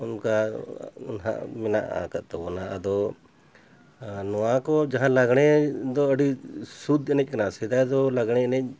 ᱚᱱᱠᱟ ᱦᱟᱸᱜ ᱢᱮᱱᱟᱜ ᱟᱠᱟᱫ ᱛᱟᱵᱚᱱᱟ ᱟᱫᱚ ᱱᱚᱣᱟ ᱠᱚ ᱡᱟᱦᱟᱸ ᱞᱟᱜᱽᱬᱮ ᱫᱚ ᱟᱹᱰᱤ ᱥᱩᱫ ᱮᱱᱮᱡ ᱠᱟᱱᱟ ᱥᱮᱫᱟᱭ ᱫᱚ ᱞᱟᱜᱽᱬᱮ ᱮᱱᱮᱡ